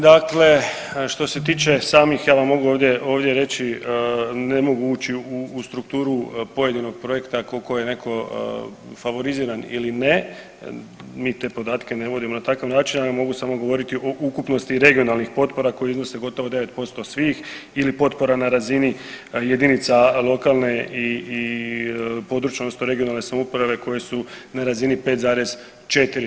Dakle, što se tiče samih, ja vam mogu ovdje, ovdje reći, ne mogu ući u strukturu pojedinog projekta koliko je neko favoriziran ili ne, mi te podatke ne vodimo na takav način, ja vam mogu samo govoriti o ukupnosti regionalnih potpora koje iznose gotovo 9% svih ili potpora na razini jedinica lokalne i područne odnosno regionalne samouprave koje su na razini 5,4.